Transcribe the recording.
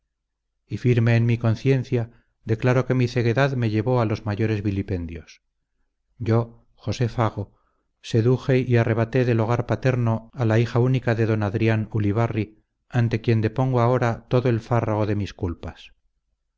y firme en mi conciencia declaro que mi ceguedad me llevó a los mayores vilipendios yo josé fago seduje y arrebaté del hogar paterno a la hija única de d adrián ulibarri ante quien depongo ahora todo el fárrago de mis culpas